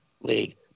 League